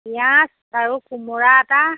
পিঁয়াজ আৰু কোমোৰা এটা